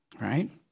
right